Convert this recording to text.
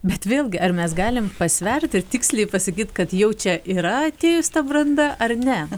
bet vėlgi ar mes galim pasverti ir tiksliai pasakyt kad jau čia yra atėjus ta branda ar ne